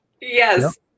Yes